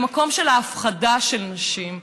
המקום של ההפחדה של נשים,